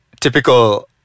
typical